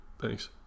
Thanks